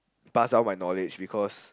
pass down my knowledge because